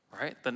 right